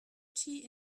tea